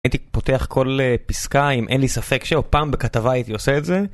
הייתי פותח כל א.. פסקה אם אין לי ספק ש.. או פעם בכתבה הייתי עושה את זה.